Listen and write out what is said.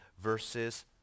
verses